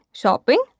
shopping